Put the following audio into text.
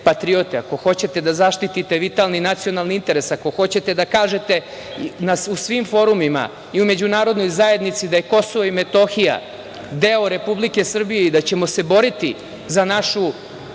patriote, ako hoćete da zaštitite vitalni i nacionalni interes, ako hoćete da kažete na svim forumima i u međunarodnoj zajednici da je Kosovo i Metohija deo Republike Srbije i da ćemo se boriti za naš